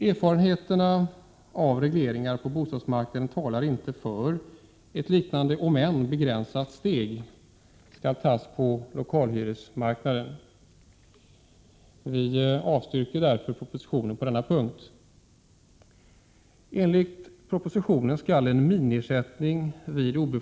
Erfarenheterna av regleringar på bostadsmarknaden talar inte för att liknande, om än begränsade, steg skall tas på Iokalhyresmarknaden. Vi avstyrker därför propositionen på denna punkt.